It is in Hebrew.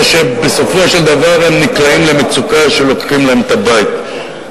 שבסופו של דבר היא נקלעת למצוקה שלוקחים לה את הבית.